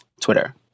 Twitter